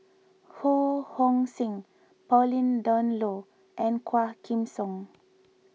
Ho Hong Sing Pauline Dawn Loh and Quah Kim Song